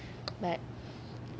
but